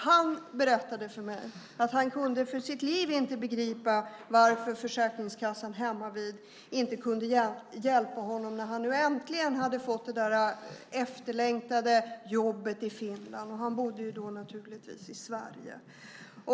Han berättade för mig att han för sitt liv inte kunde begripa varför Försäkringskassan hemmavid inte kunde hjälpa honom när han nu äntligen hade fått det efterlängtade jobbet i Finland. Han bodde naturligtvis i Sverige.